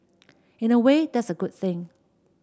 in a way that's a good thing